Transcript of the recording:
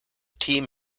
team